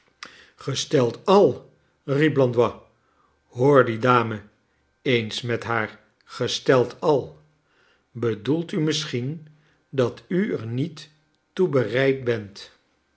al riep blandois hoor die dame eens met haar gesteld al bedoelt u misschien dat u er niet toe bereid bent